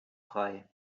frei